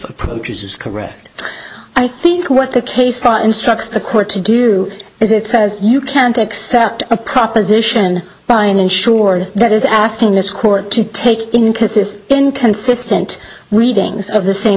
approaches is correct i think what the case try instructs the court to do is it says you can't accept a proposition by an insured that is asking this court to take in crysis inconsistent readings of the same